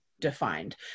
defined